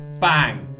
bang